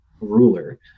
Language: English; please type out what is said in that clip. ruler